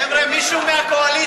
חבר'ה, מישהו מהקואליציה,